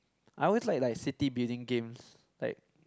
I always like like city building games like